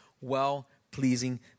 well-pleasing